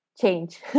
change